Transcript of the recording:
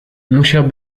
musiał